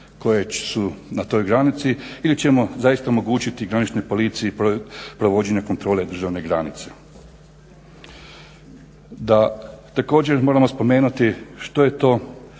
koje su na toj granici ili ćemo zaista omogućiti graničnoj policiji provođenje kontrole državne granice. Također moramo spomenuti što je to